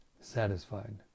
satisfied